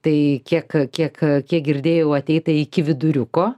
tai kiek kiek kiek girdėjau ateita iki viduriuko